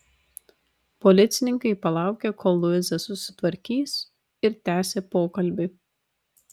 policininkai palaukė kol luiza susitvarkys ir tęsė pokalbį